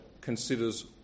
considers